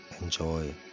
Enjoy